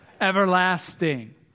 everlasting